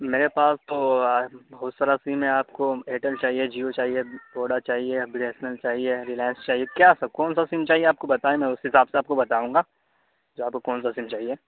میرے پاس تو بہت سارا سم ہے آپ کو ایئرٹیل چاہیے جیو چاہیے ووڈا چاہیے یا بی ایس این ایل چاہیے یا ریلائنس چاہیے کیا سر کونسا سم چاہیے آپ کو بتائیں میں اس حساب سے آپ کو بتاؤں گا کہ آپ کو کونسا سم چاہیے